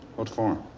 what for?